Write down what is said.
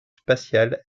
spatiale